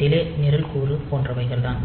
delay நிரல்க்கூறு போன்றவைகள் தான்